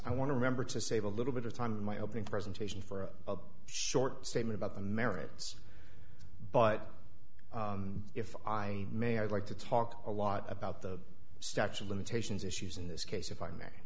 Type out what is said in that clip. i want to remember to save a little bit of time in my opening presentation for a short statement about the merits but if i may i'd like to talk a lot about the statue of limitations issues in this case if i